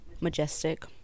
majestic